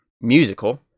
musical